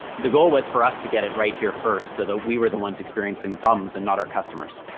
the goal was for us to get it right here first so that we were the ones experiencing the problems and not our customers.